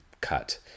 cut